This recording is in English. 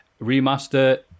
Remaster